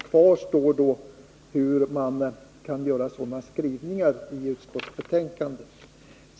Kvar står då hur man kan ha gjort en sådan skrivning i utskottsbetänkandet.